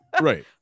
right